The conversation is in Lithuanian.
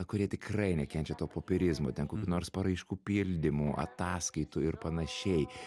kurie tikrai nekenčia to popierizmo ten kokių nors paraiškų pildymų ataskaitų ir panašiai